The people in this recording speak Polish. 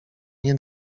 nie